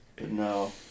No